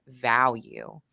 value